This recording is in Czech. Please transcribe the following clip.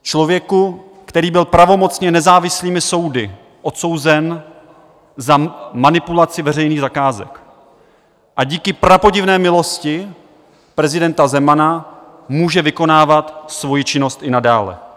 Člověku, který byl pravomocně nezávislými soudy odsouzen za manipulaci veřejných zakázek a díky prapodivné milosti prezidenta Zemana může vykonávat svoji činnost i nadále.